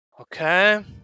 Okay